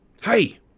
hey